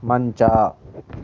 ಮಂಚ